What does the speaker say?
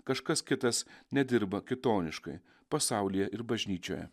kažkas kitas nedirba kitoniškai pasaulyje ir bažnyčioje